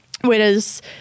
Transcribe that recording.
Whereas